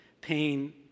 pain